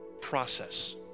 process